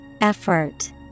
effort